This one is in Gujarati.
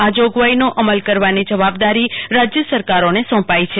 આ જોગવાઈનો અમલ કરવાની જવાબદારી રાજય સરકારોને સોપાઈ છે